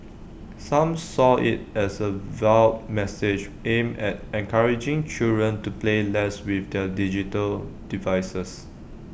some saw IT as A veiled message aimed at encouraging children to play less with their digital devices